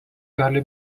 gali